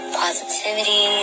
positivity